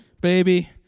Baby